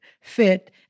fit